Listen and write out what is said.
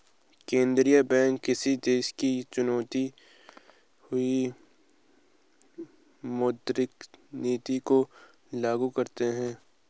केंद्रीय बैंक किसी देश की चुनी हुई मौद्रिक नीति को लागू करते हैं